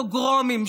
פוגרומים,